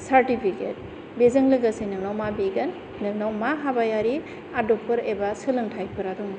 certificate बिजों लोगोसे नोंनाव मा बिगोन नोंनाव मा हाबायारि आदबफोर एबा सोलोंथाइफोरा दङ